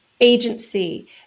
agency